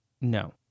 No